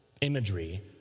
imagery